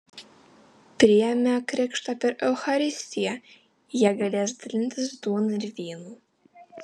priėmę krikštą per eucharistiją jie galės dalintis duona ir vynu